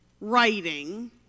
writing